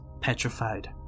petrified